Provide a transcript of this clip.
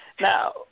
Now